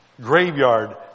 graveyard